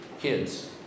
kids